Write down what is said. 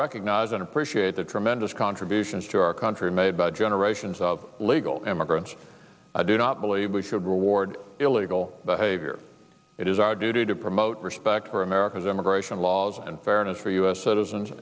recognize and appreciate the tremendous contributions to our country made by generations of legal immigrants i do not believe we should reward illegal behavior it is our duty to promote respect for america's immigration laws and fairness for u s citizens